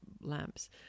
lamps